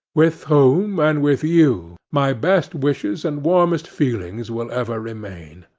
with whom, and with you, my best wishes and warmest feelings will ever remain.